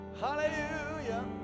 Hallelujah